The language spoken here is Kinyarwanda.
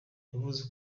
yavuze